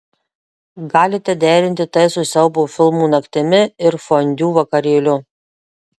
galite derinti tai su siaubo filmų naktimi ir fondiu vakarėliu